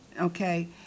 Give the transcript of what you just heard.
Okay